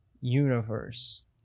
universe